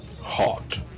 Hot